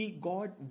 God